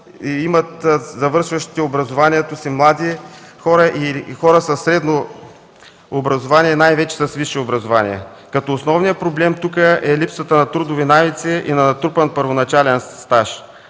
имат завършващите образованието си млади хора и хора със средно образование, най-вече с висше образование, като основният проблем тук е липсата на трудови навици и на натрупан първоначален стаж.